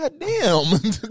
Goddamn